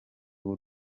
w’u